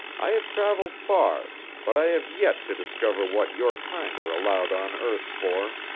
i have travelled far, but i have yet to discover what your kind are allowed on earth for.